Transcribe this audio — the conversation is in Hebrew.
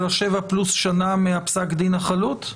שבע שנים פלוס שנה מפסק הדין החלוט,